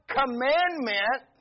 commandment